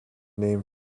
name